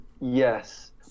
Yes